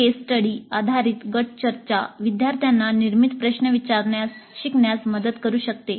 केस study आधारित गट चर्चा विद्यार्थ्यांना निर्मित प्रश्न विचारण्यास शिकण्यास मदत करू शकते